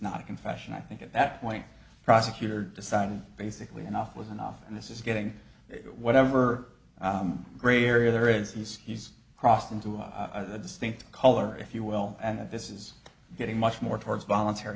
not a confession i think at that point prosecutor decided basically enough was enough and this is getting it whatever gray area there is he's he's crossed into a distinct color if you will and this is getting much more towards voluntar